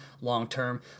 long-term